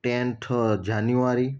tenth January